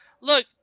look